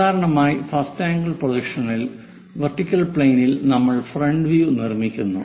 സാധാരണയായി first angle പ്രൊജക്ഷനിൽ vertical പ്ലെയിനിൽ നമ്മൾ ഫ്രണ്ട് വ്യൂ നിർമ്മിക്കുന്നു